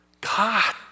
God